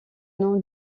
nom